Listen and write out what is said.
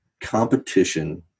competition